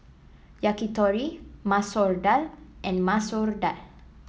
Yakitori Masoor Dal and Masoor Dal